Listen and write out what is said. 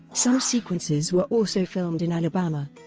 some sequences were also filmed in alabama.